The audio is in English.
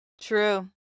True